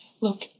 Look